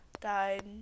died